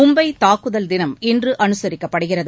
மும்பை தாக்குதல் தினம் இன்று அனுசரிக்கப்படுகிறது